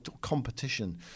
competition